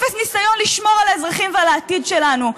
אפס ניסיון לשמור על האזרחים ועל העתיד שלנו.